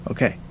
Okay